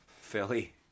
Philly